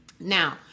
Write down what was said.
Now